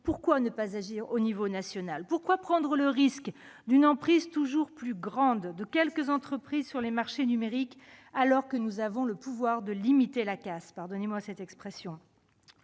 pourquoi ne pas intervenir à l'échelon national ? Pourquoi prendre le risque d'une emprise toujours plus grande de quelques entreprises sur les marchés numériques, alors que nous avons le pouvoir de limiter la casse- pardonnez-moi cette expression